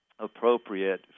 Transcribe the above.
appropriate